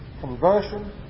conversion